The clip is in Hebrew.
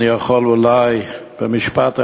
אני יכול לומר אולי במשפט אחד: